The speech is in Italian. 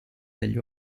degli